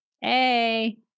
Hey